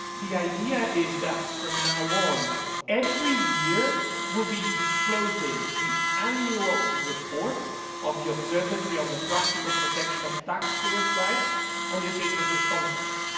the idea is that from now on every year we'll be disclosing the annual report of the observatory on the practical protection of taxpayers' rights on the occasion of this conference.